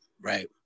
right